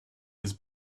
his